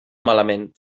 malament